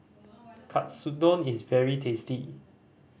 katsudon is very tasty